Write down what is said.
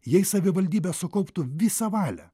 jei savivaldybė sukauptų visą valią